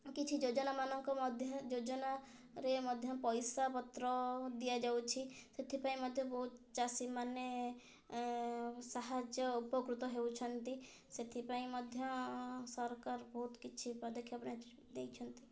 କିଛି ଯୋଜନାମାନଙ୍କ ମଧ୍ୟ ଯୋଜନାରେ ମଧ୍ୟ ପଇସା ପତ୍ର ଦିଆଯାଉଛି ସେଥିପାଇଁ ମଧ୍ୟ ବହୁତ ଚାଷୀମାନେ ସାହାଯ୍ୟ ଉପକୃତ ହେଉଛନ୍ତି ସେଥିପାଇଁ ମଧ୍ୟ ସରକାର ବହୁତ କିଛି ପଦକ୍ଷେପ ଦେଇଛନ୍ତି